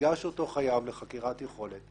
ייגש אותו חייב לחקירת יכולת.